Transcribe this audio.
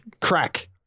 crack